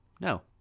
No